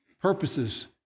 Purposes